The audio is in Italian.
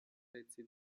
pezzi